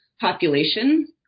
population